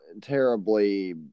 terribly